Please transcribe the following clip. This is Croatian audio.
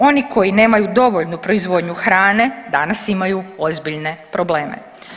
Oni koji nemaju dovoljnu proizvodnju hrane danas imaju ozbiljne probleme.